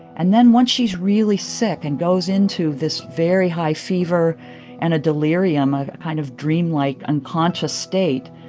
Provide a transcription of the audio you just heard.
and then once she's really sick and goes into this very high fever and a delirium, a kind of dreamlike unconscious state,